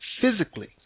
physically